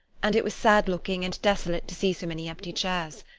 and it was sad-looking and desolate to see so many empty chairs.